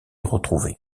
retrouvée